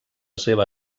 seva